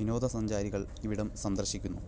വിനോദസഞ്ചാരികൾ ഇവിടം സന്ദർശിക്കുന്നു